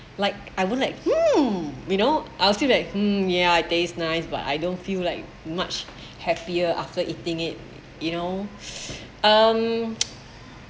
like I will like hmm you know I still that hmm ya it taste nice but I don't feel like much happier after eating it you know um